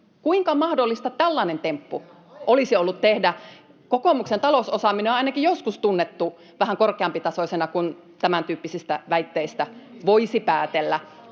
Kuinka mahdollista tällainen temppu olisi ollut tehdä? Kokoomuksen talousosaaminen on ainakin joskus tunnettu vähän korkeampitasoisena kuin tämäntyyppisistä väitteistä voisi päätellä.